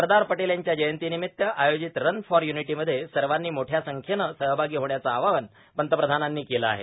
सरदार पटेल यांच्या जयंतीनिमित्त आयोजित रन फॉर युनिटीमध्ये सर्वांनी मोठया संख्येनं सहभागी होण्याचं आवाहन पंतप्रधानांनी केलं आहे